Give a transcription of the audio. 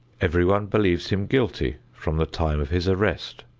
everyone believes him guilty from the time of his arrest.